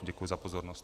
Děkuji za pozornost.